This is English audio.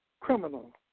criminal